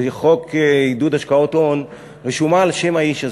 בחוק עידוד השקעות הון, רשומה על שם האיש הזה.